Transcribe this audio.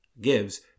gives